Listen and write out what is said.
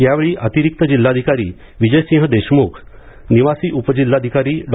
यावेळी अतिरिक्त जिल्हाधिकारी विजयसिंह देशमुख निवासी उपजिल्हाधिकारी डॉ